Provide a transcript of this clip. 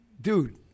Dude